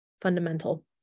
fundamental